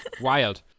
Wild